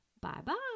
Bye-bye